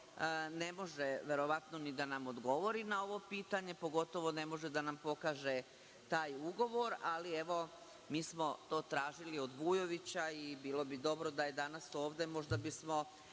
ne može verovatno ni da nam odgovori na ovo pitanje, pogotovo ne može da nam pokaže taj ugovor, ali mi smo to tražili od Vujovića i bilo bi dobro da je danas ovde, možda bismo